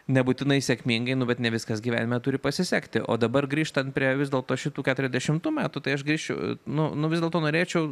nebūtinai sėkmingai nu bet ne viskas gyvenime turi pasisekti o dabar grįžtant prie vis dėlto šitų keturiasdešimtų metų tai aš grįžčiau nu nu vis dėlto norėčiau